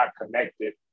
connected